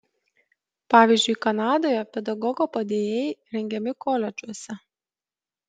pavyzdžiui kanadoje pedagogo padėjėjai rengiami koledžuose